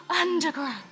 underground